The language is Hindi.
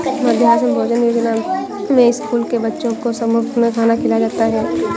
मध्याह्न भोजन योजना में स्कूल के बच्चों को मुफत में खाना खिलाया जाता है